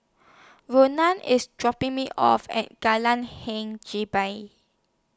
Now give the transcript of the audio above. Rona IS dropping Me off At Hing Jebat